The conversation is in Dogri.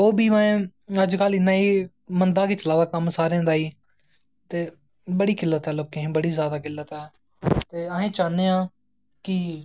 ओह् बी माय अज्जकल इन्ना मंदा गै चला दा कम्म सारें दा ई ते बड़ी किल्लत ऐ लोकें गी बड़ा जादा किल्लत ऐ ते असें चाह्न्नें आ कि